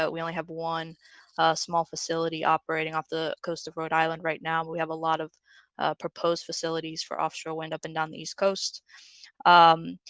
but we only have one small facility operating off the coast of rhode island right now we have a lot of ah, proposed facilities for offshore wind up and down the east coast um,